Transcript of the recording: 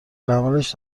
العملش